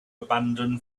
abandon